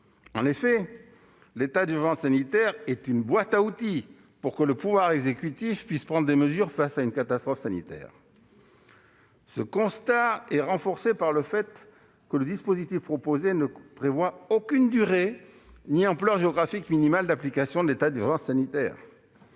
En effet, l'état d'urgence sanitaire est une « boîte à outils » de nature à permettre au pouvoir exécutif de prendre des mesures face à une catastrophe sanitaire. Ce constat est renforcé par le fait que le dispositif proposé ne prévoit aucune durée ni ampleur géographique minimales d'application de l'état d'urgence sanitaire-